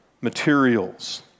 materials